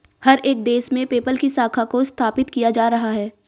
हर एक देश में पेपल की शाखा को स्थापित किया जा रहा है